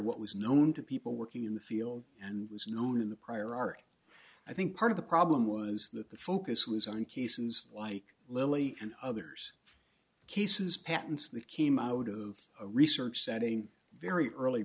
what was known to people working in the field and was known in the prior art i think part of the problem was that the focus was on cases like lily and others cases patents that came out of a research setting very early